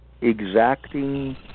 exacting